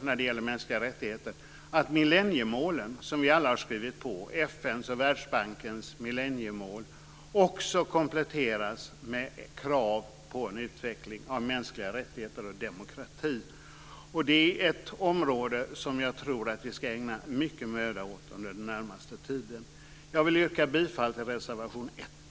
När det gäller mänskliga rättigheter är det också viktigt, tycker jag, att FN:s och Världsbankens millenniemål, som vi alla har skrivit på, kompletteras med krav på en utveckling av mänskliga rättigheter och demokrati. Det är ett område som jag tror att vi ska ägna mycket möda åt under den närmaste tiden. Jag vill yrka bifall till reservation 1.